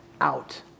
out